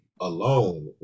alone